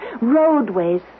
roadways